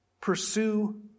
Pursue